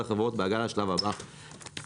בארבע השנים האחרונות שאנחנו פועלים גייסנו